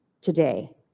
today